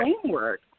framework